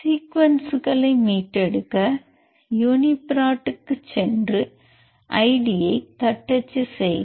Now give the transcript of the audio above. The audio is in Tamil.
எனவே சீக்வென்ஸ்களை மீட்டெடுக்க யூனிபிரோட் க்கு சென்று ஐடியைத் தட்டச்சு செய்க